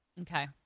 Okay